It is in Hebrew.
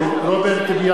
(קורא בשמות חברי הכנסת) אחמד טיבי,